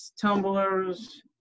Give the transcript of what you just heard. tumblers